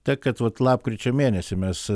ta kad vat lapkričio mėnesį mes